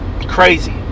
Crazy